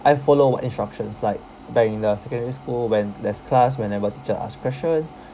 I follow what instructions like back in the secondary school when there's class whenever teacher ask question